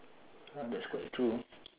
oh that's quite true